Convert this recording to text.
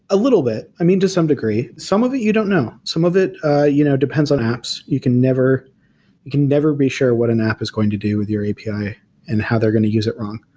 a little bit. i mean, to some degree. some of it you don't know, some of it ah you know depends on apps. you can never can never be sure what an app is going to do with your api and how they're going to use it wrong.